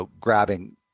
grabbing